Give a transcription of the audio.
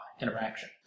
interaction